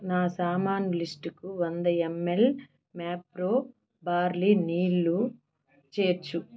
నా సామాను లిస్టుకు వంద ఎంఎల్ మ్యాప్రో బార్లీ నీళ్ళు చేర్చు